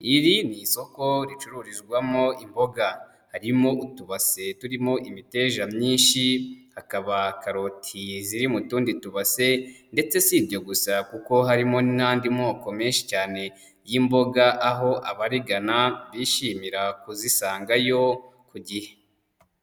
Iri ni isoko ricururizwamo imboga, harimo utubase turimo imiteja myinshi, hakaba karoti ziri mu tundi tubase ndetse si ibyo gusa kuko harimo n'andi moko menshi cyane y'imboga, aho abarigana bishimira kuzisanga yo ku gihe.